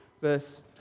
Verse